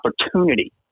opportunity